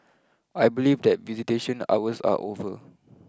I believe that visitation hours are over